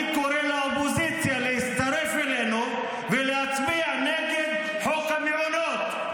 אני קורא לאופוזיציה להצטרף אלינו ולהצביע נגד חוק המעונות.